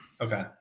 okay